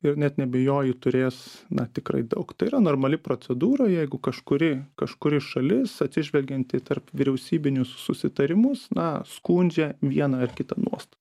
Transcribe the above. ir net neabejoju turės na tikrai daug tai yra normali procedūra jeigu kažkuri kažkuri šalis atsižvelgiant į tarpvyriausybinius susitarimus na skundžia vieną ar kitą nuosta